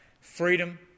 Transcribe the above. Freedom